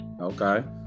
Okay